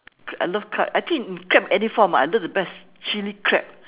I love crab I think in crab any form ah I love the best chili crab